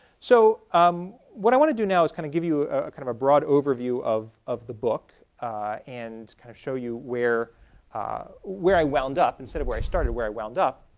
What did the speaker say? so um what i want to do now is kind of give you ah kind of a broad overview of of the book and kind of show you where where i wound up instead of where i started, where i wound up.